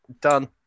done